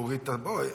בואי,